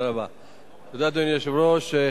אדוני היושב-ראש,